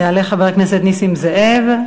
יעלה חבר הכנסת נסים זאב,